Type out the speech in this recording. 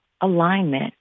alignment